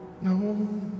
No